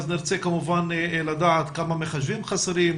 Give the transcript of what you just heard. כמובן שנרצה לדעת כמה מחשבים חסרים?